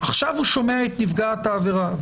שומע את נפגעת העבירה.